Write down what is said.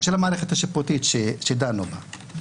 המערכת השיפוטית שדנו בה,